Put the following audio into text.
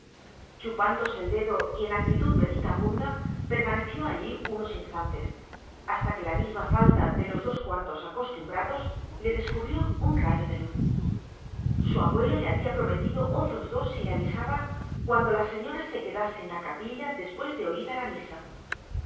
chupándose el dedo y en actitud meditabunda permaneció allí unos instantes hasta que la misma falta de los dos cuartos acostumbrados le descubrió un rayo de luz su abuelo le había prometido otros dos si le avisaba cuando la señora se quedase en la capilla después de oída la misa